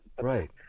right